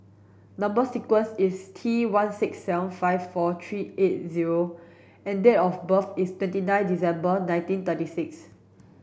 number sequence is T one six seven five four three eight zero and date of birth is twenty nine December nineteen thirty six